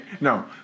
no